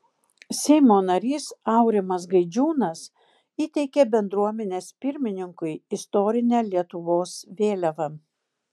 seimo narys aurimas gaidžiūnas įteikė bendruomenės pirmininkui istorinę lietuvos vėliavą